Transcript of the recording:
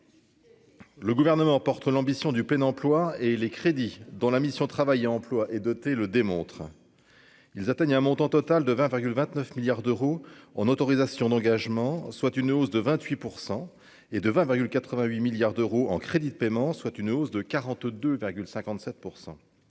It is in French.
le gouvernement porte l'ambition du plein emploi et les crédits dont la mission Travail, emploi et doté le démontre, ils atteignent un montant total de 20,29 milliards d'euros en autorisations d'engagement, soit une hausse de 28 % et de 20,88 milliards d'euros en crédits de paiement, soit une hausse de 42,57 %.